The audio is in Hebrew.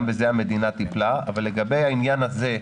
גם בזה המדינה טיפלה.